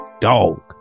dog